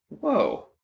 Whoa